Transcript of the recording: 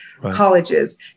colleges